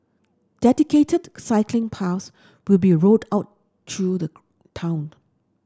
dedicated cycling path will be rolled out through the town